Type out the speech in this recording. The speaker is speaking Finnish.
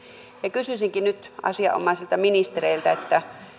kysyisinkin nyt asianomaisilta ministereiltä